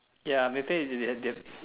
ya later if they have